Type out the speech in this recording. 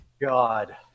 God